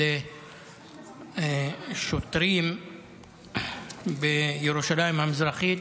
של שוטרים בירושלים המזרחית